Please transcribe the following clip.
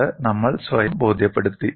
graph കൊണ്ട് നമ്മൾ സ്വയം ബോധ്യപ്പെടുത്തി